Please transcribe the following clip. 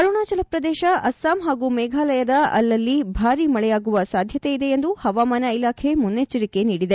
ಅರುಣಾಚಲ ಪ್ರದೇಶ ಅಸ್ತಾಂ ಹಾಗೂ ಮೇಘಾಲಯದ ಅಲ್ಲಲ್ಲಿ ಭಾರೀ ಮಳೆಯಾಗುವ ಸಾಧ್ಯತೆಯಿದೆ ಎಂದು ಹವಾಮಾನ ಇಲಾಖೆ ಮುನ್ನೆಚ್ಚರಿಕೆ ನೀಡಿದೆ